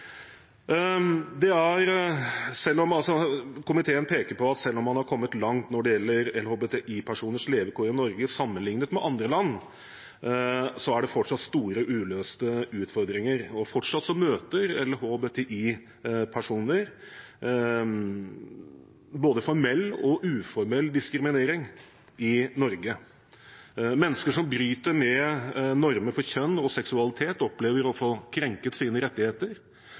Komiteen peker på at selv om man har kommet langt når det gjelder LHBTI-personers levekår i Norge, sammenliknet med andre land, er det fortsatt store uløste utfordringer, og fortsatt møter LHBTI-personer både formell og uformell diskriminering i Norge. Mennesker som bryter med normer for kjønn og seksualitet, opplever å få krenket sine rettigheter